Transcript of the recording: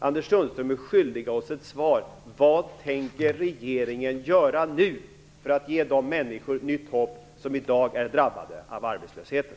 Anders Sundström är skyldig oss ett svar på frågan: Vad tänker regeringen göra nu för att ge de människor nytt hopp som i dag är drabbade av arbetslösheten?